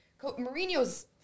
Mourinho's